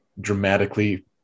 dramatically